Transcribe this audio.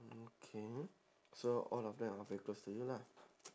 mm okay so all of them are very close to you lah